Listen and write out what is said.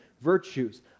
virtues